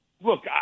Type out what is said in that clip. Look